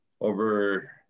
over